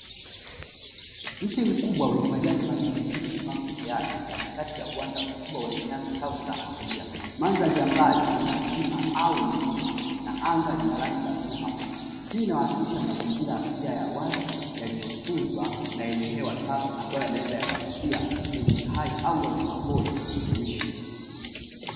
Mti mkubwa wenye majani mabichi ukiwa umesimama peke yake katikati ya uwanja mkubwa wenye nyasi kavu za kahawia, mandhari ya mbali ina vilima au milima, na anga lina rangi ya bluu hafifu, hii inawakilisha mazingira asilia ya wazi yaliyotunzwa na yenye hewa safi, ambayo yanaweza yakavutia viumbe hai au wanyamapori kuishi.